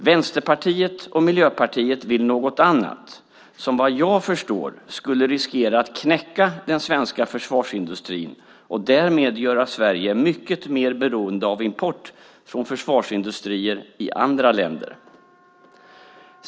Vänsterpartiet och Miljöpartiet vill något annat, som efter vad jag förstår skulle riskera att knäcka den svenska försvarsindustrin och därmed göra Sverige mycket mer beroende av import från försvarsindustrier i andra länder.